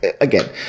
Again